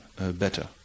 better